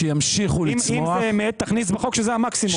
אם זאת האמת, תכניס בחוק שזה המקסימום.